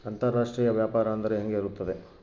ಅಂತರಾಷ್ಟ್ರೇಯ ವ್ಯಾಪಾರ ಅಂದರೆ ಹೆಂಗೆ ಇರುತ್ತದೆ?